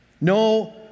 No